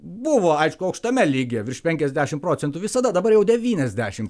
buvo aišku aukštame lygyje virš penkiasdešim procentų visada dabar jau devyniasdešim